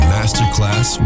Masterclass